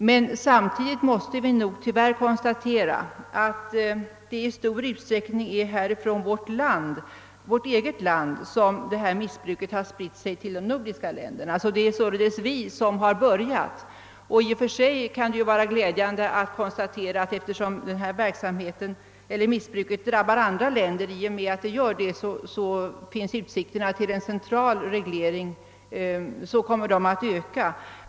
Men samtidigt måste vi tyvärr konstatera, att det i stor utsträckning är från vårt eget land som missbruket har spritt sig till de nordiska länderna. Det är således vi här i Sverige som har börjat. I och för sig kan det kanske vara glädjande att kunna konstatera, att utsikterna till en central reglering kommer att öka i och med att detta missbruk även drabbar andra länder.